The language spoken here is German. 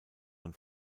man